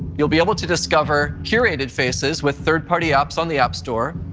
you'll be able to discover curated faces with third party apps on the app store,